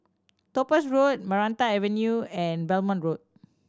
Topaz Road Maranta Avenue and Belmont Road